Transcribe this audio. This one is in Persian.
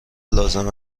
لازم